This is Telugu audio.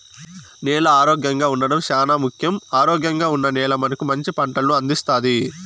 నేల ఆరోగ్యంగా ఉండడం చానా ముఖ్యం, ఆరోగ్యంగా ఉన్న నేల మనకు మంచి పంటలను అందిస్తాది